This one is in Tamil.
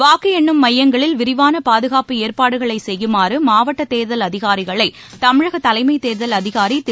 வாக்கு எண்ணும் மையங்களில் விரிவான பாதுகாப்பு ஏற்பாடுகளை செய்யுமாறு மாவட்ட தேர்தல் அதிகாரிகளை தமிழக தலைமை தேர்தல் அதிகாரி திரு